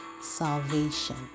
salvation